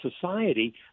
society